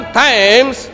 times